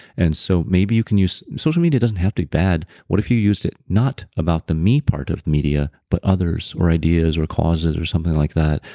and so maybe you can use. social media doesn't have to be bad. what if you used it, not about the me part of media but others or ideas or causes or something like that.